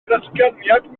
ddatguddiad